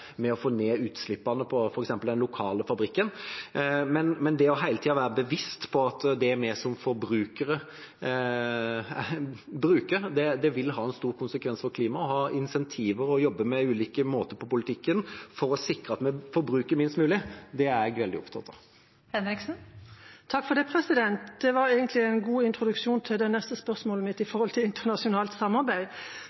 med å få ned utslippene fra f.eks. den lokale fabrikken. Men det hele tida å være bevisst på at det vi som forbrukere bruker, vil ha en stor konsekvens for klimaet, og å ha insentiver og jobbe med ulike måter i politikken for å sikre at vi forbruker minst mulig, er jeg veldig opptatt av. Det var egentlig en god introduksjon til det neste spørsmålet mitt,